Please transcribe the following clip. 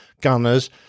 gunners